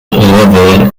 river